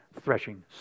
threshing